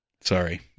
Sorry